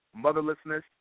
motherlessness